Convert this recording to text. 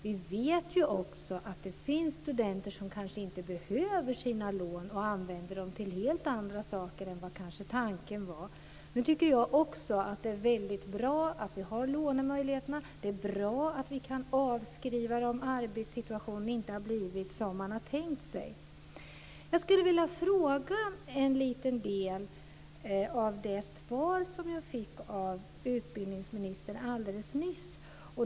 Vi vet också att det finns studenter som kanske inte behöver sina lån och använder dem till helt andra saker än vad tanken var. Jag tycker att det är bra att vi har lånemöjligheterna. Det är bra att vi kan avskriva dem om arbetssituationen inte har blivit som man hade tänkt sig. Jag vill ställa en fråga angående det svar som utbildningsministern gav nyss.